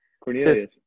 Cornelius